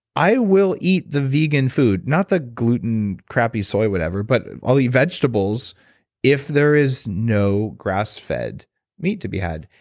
i will eat the vegan food. not the gluten crappy soy whatever, but i'll eat vegetables if there is no grass fed meat to be had.